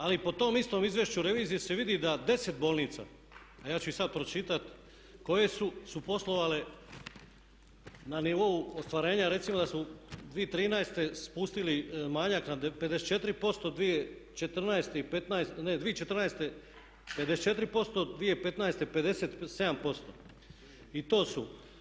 Ali po tom istom izvješću revizije se vidi da 10 bolnica, a ja ću ih sad pročitati koje su, su poslovale na nivou ostvarenja recimo da su 2013. spustili manjak na 54%, 2014. i 2015., ne 2014. 54%, 2015. 57% i to su.